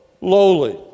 lowly